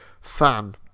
fan